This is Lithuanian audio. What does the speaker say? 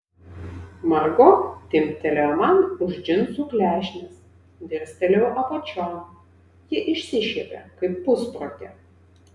margo timptelėjo man už džinsų klešnės dirstelėjau apačion ji išsišiepė kaip pusprotė